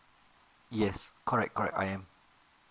yes correct correct I am